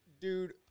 Dude